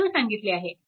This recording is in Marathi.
सर्व सांगितले आहे